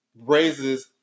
raises